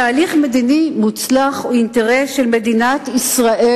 תהליך מדיני מוצלח הוא אינטרס של מדינת ישראל,